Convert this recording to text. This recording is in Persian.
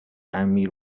امیر